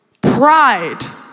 Pride